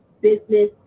business